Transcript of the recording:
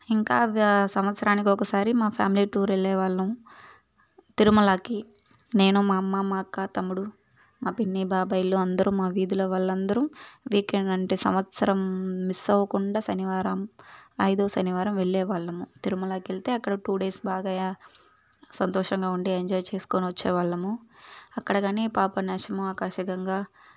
ఇంకా వ్యా సంవత్సరానికి ఒకసారి మా ఫ్యామిలీ టూర్ వెళ్లే వాళ్ళము తిరుమలకి నేను మా అమ్మ మా అక్క తమ్ముడు మా పిన్ని బాబాయిలు అందరూ మా వీధిలో వాళ్ళందరూ వీకెండ్ అంటే సంవత్సరం మిస్ అవ్వకుండా శనివారం ఐదో శనివారం వెళ్లేవాళ్ళము తిరుమలాకి వెళ్తే అక్కడ టు డేస్ బాగా సంతోషంగా ఉండే ఎంజాయ్ చేసుకొని వచ్చే వాళ్ళము అక్కడ కానీ పాప నాశనం ఆకాశగంగా